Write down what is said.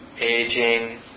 aging